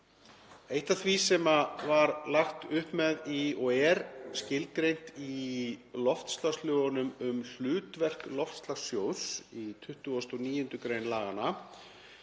Eitt af því sem var lagt upp með og er skilgreint í loftslagslögum um hlutverk loftslagssjóðs, í 29. gr. laganna,